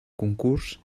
concurs